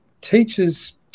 teachers